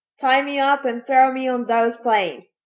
tie me up and throw me on those flames.